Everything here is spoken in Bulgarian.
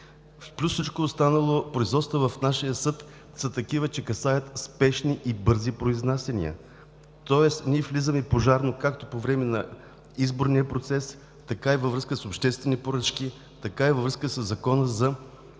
Плюс всичко останало производствата в нашия съд са такива, че касаят спешни и бързи произнасяния. Тоест, ние влизаме пожарно, както по време на изборния процес, така и във връзка с обществени поръчки, така и във връзка със